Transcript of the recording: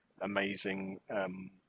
amazing